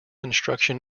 instruction